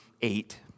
eight